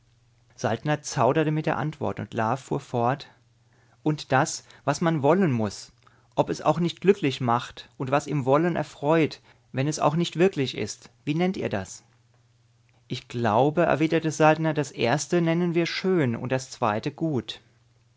saltner zauderte mit der antwort und la fuhr fort und das was man wollen muß ob es auch nicht glücklich macht und was im wollen erfreut wenn es auch nicht wirklich wird wie nennt ihr das ich glaube erwiderte saltner das erste nennen wir schön und das zweite gut